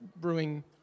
brewing